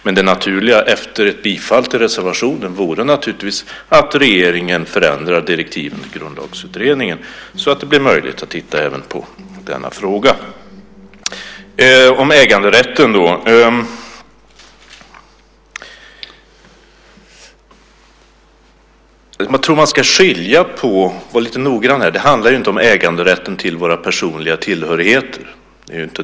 Men det naturliga efter ett bifall till reservationen vore naturligtvis att regeringen förändrar direktiven till Grundlagsutredningen så att det blir möjligt att titta även på denna fråga. Jag ska sedan ta upp äganderätten. Jag tror att man ska vara lite noggrann här. Det handlar inte om äganderätten till våra personliga tillhörigheter.